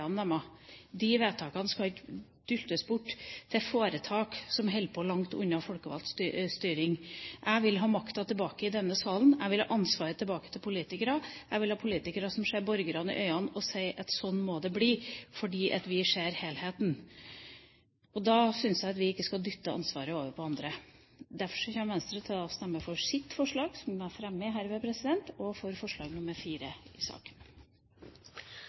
De vedtakene skal ikke dyttes bort til foretak som holder på langt unna folkevalgt styring. Jeg vil ha makten tilbake i denne salen, jeg vil ha ansvaret tilbake til politikerne, jeg vil ha politikere som ser borgerne i øynene og sier at slik må det bli fordi vi ser helheten. Og da syns jeg at vi ikke skal dytte ansvaret over på andre. Derfor kommer Venstre til å stemme for sitt forslag, som jeg herved fremmer, og for forslag nr. 4 i saken.